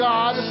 God